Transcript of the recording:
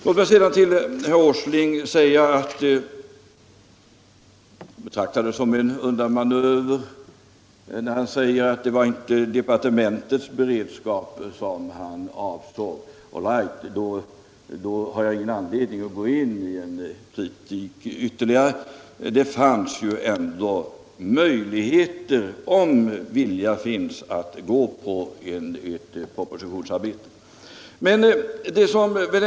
Låt mig sedan säga till herr Åsling att jag betraktar det som en undanmanöver när han säger att det inte var departementets beredskap han avsåg. All right, då har jag ingen anledning att komma med någon ytterligare replik om den saken. Men det föreligger ju ändå möjligheter, om viljan finns, att här påbörja arbetet med en proposition.